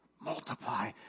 Multiply